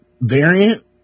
variant